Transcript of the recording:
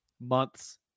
months